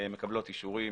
מקבלות אישורים,